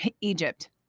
Egypt